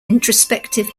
introspective